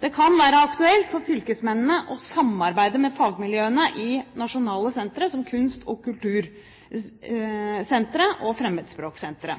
Det kan være aktuelt for fylkesmennene å samarbeide med fagmiljøene i nasjonale sentre, som Kunst- og kultursenteret og Fremmedspråksenteret.